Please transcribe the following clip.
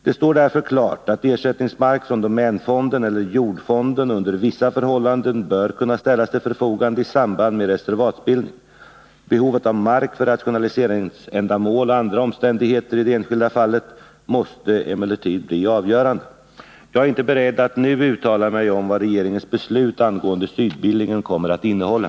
Det står därför klart att ersättningsmark från domänfonden eller jordfonden under vissa förhållanden bör kunna ställas till förfogande i samband med reservatsbildning. Behovet av marken för rationaliseringsändamål och andra omständigheter i det enskilda fallet måste emellertid bli avgörande. Jag är inte beredd att nu uttala mig om vad regeringens beslut angående Sydbillingen kommer att innehålla.